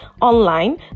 online